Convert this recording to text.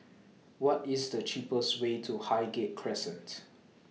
What IS The cheapest Way to Highgate Crescent